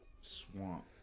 Swamp